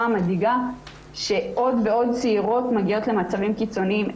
הדאיגה שעוד ועוד צעירות מגיעות למצבים קיצוניים.